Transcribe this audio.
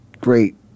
great